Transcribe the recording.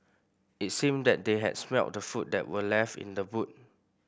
it seemed that they had smelt the food that were left in the boot